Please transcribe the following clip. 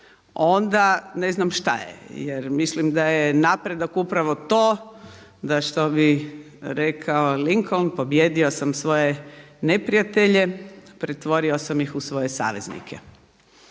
onda ne znam šta je jer mislim da je napredak upravo to, da što bi rekao Lincoln „Pobijedio sam svoje neprijatelje, pretvorio sam ih u svoje saveznike“.